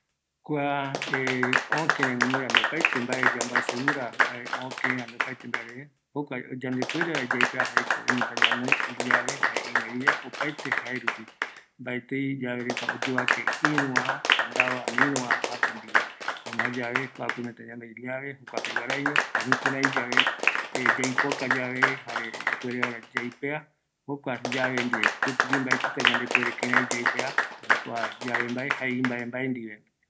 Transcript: Kuareta ko opaete ou, ipeakaindive, mbaetï ïru ipeaka, llave, oipea, oyepea vaera oimeñotaï ipeakaiño guinoi, mbaetɨta ambuaevape oyepea, jaera ko oyeapo